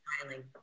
smiling